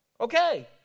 Okay